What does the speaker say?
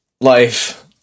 life